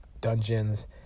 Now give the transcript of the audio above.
dungeons